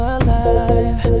alive